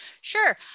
Sure